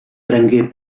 prengué